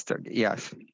Yes